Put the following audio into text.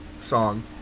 song